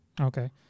Okay